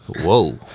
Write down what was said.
Whoa